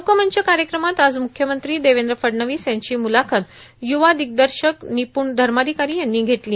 लोकमंच कार्यक्रमात आज मुख्यमंत्री देवेंद्र फडणवीस यांची मुलाखत युवा दिग्दर्शक निप्रण धर्माधिकारी यांनी घेतली